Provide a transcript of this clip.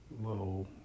Little